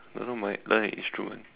don't know mate learn an instrument